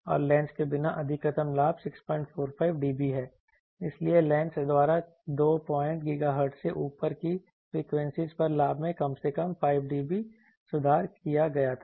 और लेंस के बिना अधिकतम लाभ 645 dB है इसलिए लेंस द्वारा दो पॉइंट GHz से ऊपर की फ्रीक्वेंसीज पर लाभ में कम से कम 5 dB सुधार किया गया था